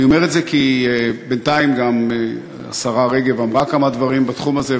אני אומר את זה כי בינתיים השרה רגב אמרה כמה דברים בתחום הזה,